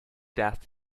death